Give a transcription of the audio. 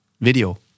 video